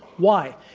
why?